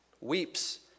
weeps